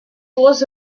was